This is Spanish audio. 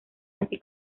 así